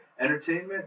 entertainment